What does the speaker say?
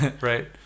right